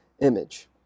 image